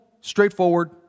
straightforward